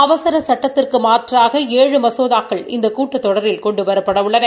அவசர சட்டத்திற்கு மாற்றாக ஏழு மசோதாக்கள் இந்த கூட்டத்தொடரில் கொண்டுவரப்பட உள்ளன